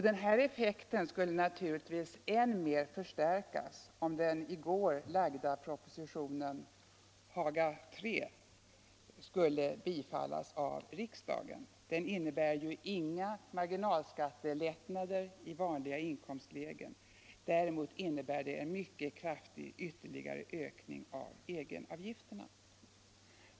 Denna effekt skulle naturligtvis än mer förstärkas om den i går framlagda propositionen — Haga III — skulle bifallas av riksdagen. Den innebär ju inga marginalskattelättnader i vanliga inkomstlägen. Däremot innebär den en mycket kraftig ytterligare ökning av egenavgifterna.